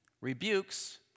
rebukes